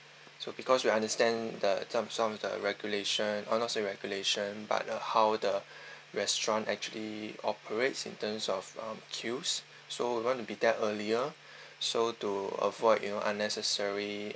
so because we understand the some some of the regulation honestly regulation but uh how the restaurant actually operates in terms of uh queues so we want to be there earlier so to avoid you know unnecessary